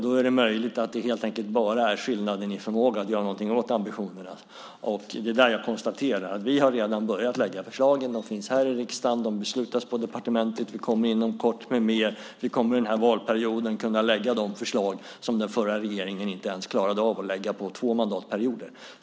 Då är det möjligt att skillnaden helt enkelt bara ligger i förmågan att kunna göra någonting åt ambitionerna. Jag konstaterar att vi redan börjat lägga fram förslagen. De finns i riksdagen. De beslutas vid departementet. Vi kommer inom kort med ytterligare förslag. Under denna mandatperiod kommer vi att kunna lägga fram de förslag som den förra regeringen inte klarade av att lägga fram ens under två mandatperioder.